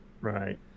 Right